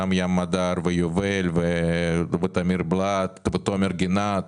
גם ים אדר ויובל וטמיר בלאט ותומר גינת.